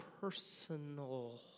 personal